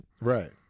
Right